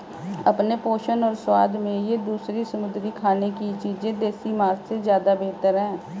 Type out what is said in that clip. अपने पोषण और स्वाद में ये दूसरी समुद्री खाने की चीजें देसी मांस से ज्यादा बेहतर है